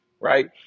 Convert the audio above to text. Right